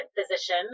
physician